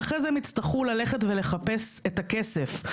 ואחרי זה הן יצטרכו ללכת ולחפש את הכסף.